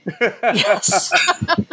yes